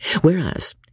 Whereas